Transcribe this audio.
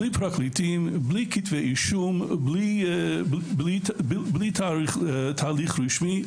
בלי פרקליטים, בלי כתבי אישום, בלי תהליך רשמי.